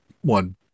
one